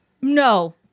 no